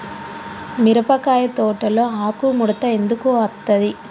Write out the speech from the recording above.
మిరపకాయ తోటలో ఆకు ముడత ఎందుకు అత్తది?